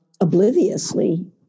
obliviously